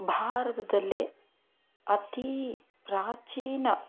ಭಾರತದಲ್ಲೇ ಅತೀ ಪ್ರಾಚೀನ